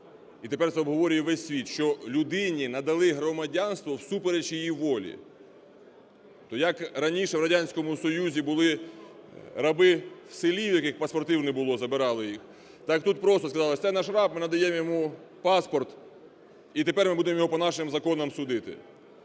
і тепер це обговорює весь світ, що людині надали громадянство всупереч її волі. То, як раніше в Радянському Союзі були раби в селі, у яких паспортів не було, забирали їх. Так тут просто сказали, це наш раб, ми надаємо йому паспорт і тепер ми будемо його по нашим законам судити.